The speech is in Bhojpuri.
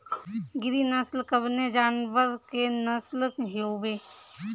गिरी नश्ल कवने जानवर के नस्ल हयुवे?